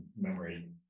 memory